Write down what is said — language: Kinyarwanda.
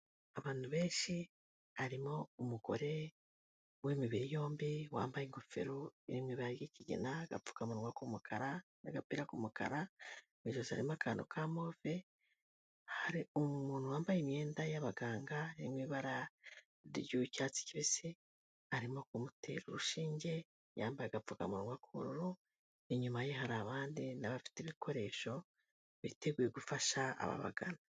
Abantu benshi harimo umugore w'imibiri yombi wambaye ingofero iri mu ibara ry'ikigina, agapfukamunwa k'umukara n'agapira k'umukara, mu ijosi harimo akantu ka move, hari umuntu wambaye imyenda y'abaganga iri mu ibara ry'icyatsi kibisi, arimo kumutera urushinge yambaye agapfukamunwa k'ubururu, inyuma ye hari abandi n'abafite ibikoresho biteguye gufasha ababagana.